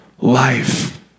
life